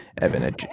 Evan